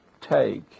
take